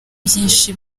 byinshi